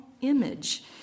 image